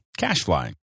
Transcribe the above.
Cashfly